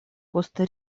коста